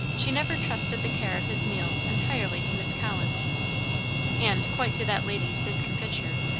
she never intrusted the care of his meals entirely to miss collins and quite to that lady's discomfiture,